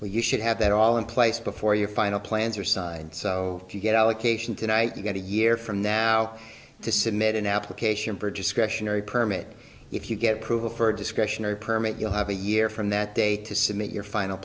well you should have that all in place before your final plans are signed so if you get allocation tonight you get a year from now to submit an application for discretionary permit if you get approval for a discretionary permit you'll have a year from that date to submit your final